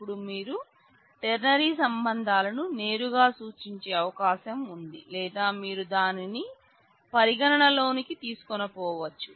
ఇప్పుడు మీరు టెర్నరీ సంబంధాలను నేరుగా సూచించే అవకాశం ఉంది లేదా మీరు దానిని పరిగణలోనికి తీసుకుపోనువచ్చు